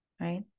right